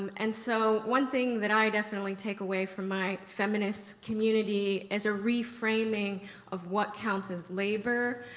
and so one thing that i definitely take away from my feminist community is a reframing of what counts as labor.